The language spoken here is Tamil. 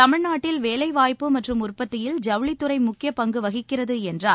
தமிழ்நாட்டில் வேலை வாய்ப்பு மற்றும் உற்பத்தியில் ஜவுளித்துறை முக்கிய பங்கு வகிக்கிறது என்றார்